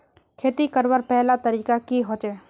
खेती करवार पहला तरीका की होचए?